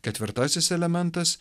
ketvirtasis elementas